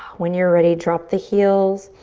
when you're ready, drop the heels.